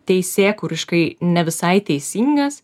teisėkūriškai ne visai teisingas